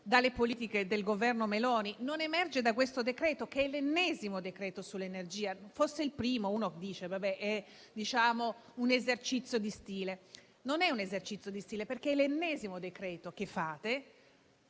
dalle politiche del Governo Meloni. Non emerge da questo decreto-legge, che è l'ennesimo decreto sull'energia; fosse il primo si direbbe che è un esercizio di stile, ma non è un esercizio di stile, perché è l'ennesimo decreto-legge